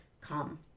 come